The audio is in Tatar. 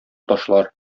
ташлар